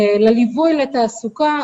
לליווי לתעסוקה,